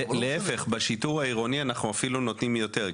בשיטור העירוני אנחנו אפילו נותנים יותר.